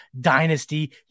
dynasty